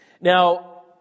Now